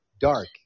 dark